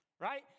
Right